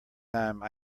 time